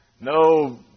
No